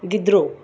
गिदरो